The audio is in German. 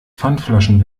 pfandflaschen